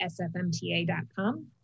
sfmta.com